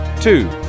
two